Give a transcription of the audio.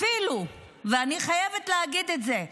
אפילו, ואני חייבת להגיד את זה,